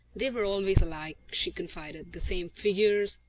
they were always alike, she confided the same figures,